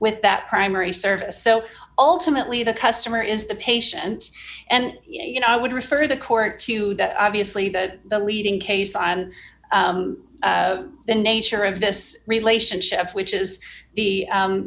with that primary service so ultimately the customer is the patient and you know i would refer the court to that obviously the leading case on the nature of this relationship which is the